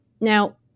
Now